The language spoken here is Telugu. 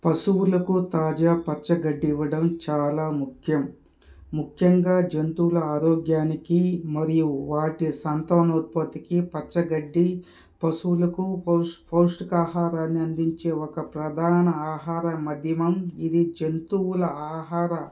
పశువులకు తాజా పచ్చగడ్డి ఇవ్వడం చాలా ముఖ్యం ముఖ్యంగా జంతువుల ఆరోగ్యానికి మరియు వాటి సంతన ఉత్పత్తికి పచ్చగడ్డి పశువులకు పౌష్ పౌష్టిక ఆహారాన్ని అందించే ఒక ప్రధాన ఆహార మాధ్యమం ఇది జంతువుల ఆహార